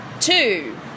Two